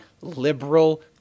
liberal